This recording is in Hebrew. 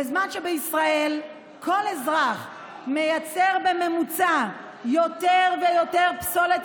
בזמן שבישראל עם השנים כל אזרח מייצר בממוצע יותר ויותר פסולת,